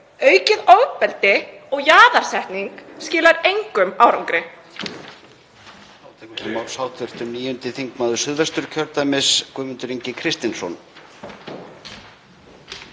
Aukið ofbeldi og jaðarsetning skilar engum árangri.